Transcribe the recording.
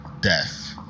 death